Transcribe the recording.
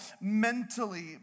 mentally